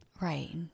Right